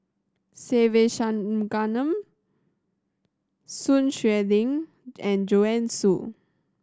Se Ve Shanmugam Sun Xueling and Joanne Soo